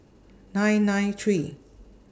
nine nine three